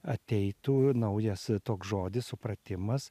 ateitų naujas toks žodis supratimas